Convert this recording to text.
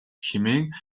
хэмээн